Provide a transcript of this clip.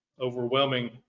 overwhelming